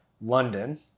London